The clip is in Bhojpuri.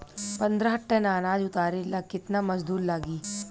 पन्द्रह टन अनाज उतारे ला केतना मजदूर लागी?